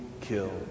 kill